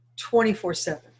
24/7